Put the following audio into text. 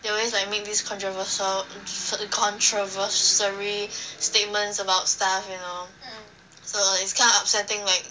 they always make these controversial controversy statements about stuff you know so it's kind of upsetting like